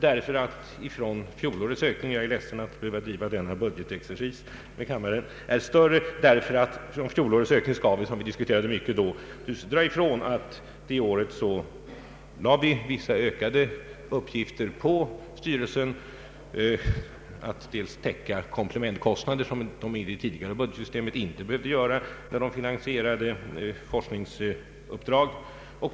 Jag är ledsen att behöva driva denna budgetexercis med kammaren, men från fjolårets ökning skall vi, som vi diskuterade mycket då, dra ifrån att vi det året lade ökade uppgifter på styrelsen. Styrelsen fick i uppdrag att täcka komplementkostnader, vilket den enligt det tidigare budgetsystemet inte behövde göra när den finansierade forskningsuppdrag.